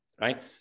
right